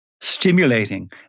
stimulating